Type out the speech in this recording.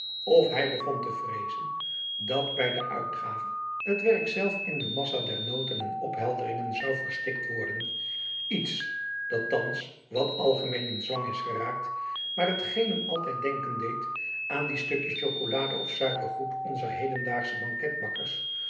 of hij begon te vreezen dat bij de uitgave het werk zelf in de massa der noten en ophelderingen zou verstikt worden iets dat thans wat algemeen in zwang is geraakt maar hetgeen hem altijd denken deed aan die stukjes chocolade of suikergoed onzer hedendaagsche banketbakkers